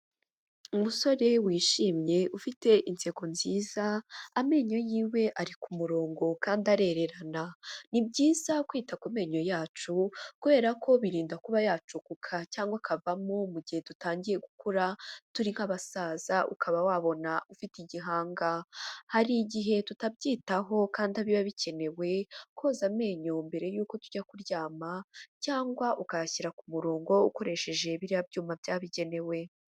Umusore wishimye ufite inseko nziza, amenyo yiwe ari ku murongo kandi arererana. Ni byiza kwita ku menyo yacu kubera ko birinda kuba yacukuka cyangwa akavamo mu gihe dutangiye gukura turi nk'abasaza ukaba wabona ufite igihanga. Hari igihe tutabyitaho kandi biba bikenewe, koza amenyo mbere y'uko tujya kuryama cyangwa ukayashyira ku murongo ukoresheje biriya byuma byabugenewe.